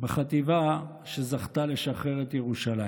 בחטיבה שזכתה לשחרר את ירושלים,